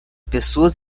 pessoas